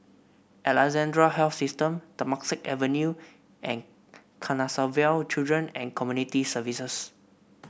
Alexandra Health System Temasek Avenue and Canossaville Children and Community Services